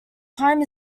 time